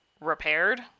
repaired